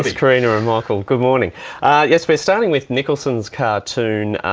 um karina and michael, good morning. ah yes, we're starting with nicholson's cartoon,